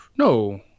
No